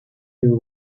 you